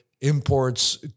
imports